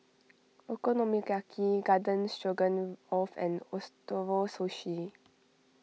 Okonomiyaki Garden Stroganoff and Ootoro Sushi